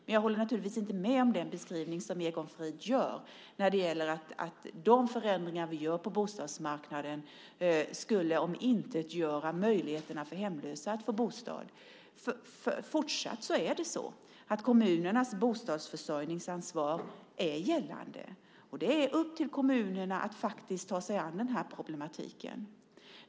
Men jag håller naturligtvis inte med om den beskrivning som Egon Frid gör när det gäller att de förändringar som vi gör på bostadsmarknaden skulle omintetgöra möjligheterna för hemlösa att få bostad. Kommunernas bostadsförsörjningsansvar är fortsatt gällande. Och det är upp till kommunerna att faktiskt ta sig an den här problematiken.